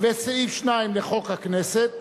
וסעיף 2 לחוק הכנסת,